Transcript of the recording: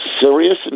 serious